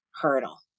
hurdle